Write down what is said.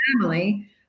family